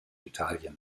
italien